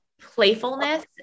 playfulness